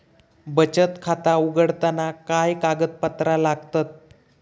बचत खाता उघडताना काय कागदपत्रा लागतत?